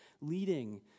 leading